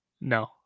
No